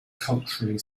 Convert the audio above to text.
culturally